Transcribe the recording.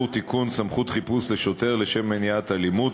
(תיקון מס' 5) (סמכות חיפוש לשוטר לשם מניעת אלימות),